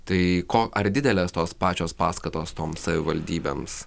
tai ko ar didelės tos pačios paskatos toms savivaldybėms